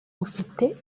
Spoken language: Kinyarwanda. ufite